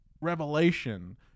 revelation